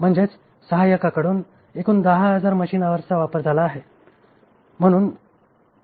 म्हणजेच सहाय्यकाकडून एकूण 10000 मशीन अवर्सचा वापर झाला आहे